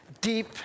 deep